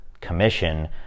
commission